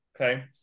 Okay